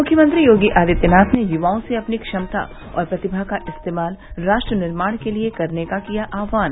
मुख्यमंत्री योगी आदित्यनाथ ने युवाओं से अपनी क्षमता और प्रतिभा का इस्तेमाल राष्ट्र निर्माण के लिए करने का किया आइवान